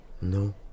No